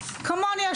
כמוני,